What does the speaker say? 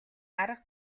арга